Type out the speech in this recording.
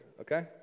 okay